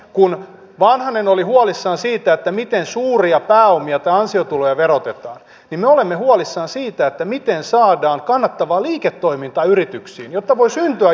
kun vanhanen oli huolissaan siitä miten suuria pääomia tai ansiotuloja verotetaan niin me olemme huolissamme siitä miten saadaan kannattavaa liiketoimintaa yrityksiin jotta voi syntyä jotain mitä verottaa